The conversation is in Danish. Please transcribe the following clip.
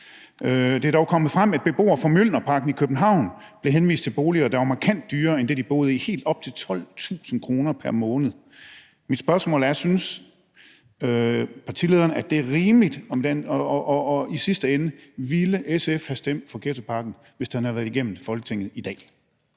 Det er dog kommet frem, at beboere fra Mjølnerparken i København blev henvist til boliger, der var markant dyrere end det, de boede i – helt op til 12.000 kr. pr. måned. Mit spørgsmål er: Synes partilederen, at det er rimeligt? Og ville SF i sidste ende have stemt for ghettopakken, hvis den havde været igennem Folketinget i dag?